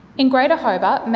in greater hobart,